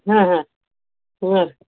ಹಾಂ ಹಾಂ ಹ್ಞೂ